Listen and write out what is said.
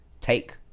take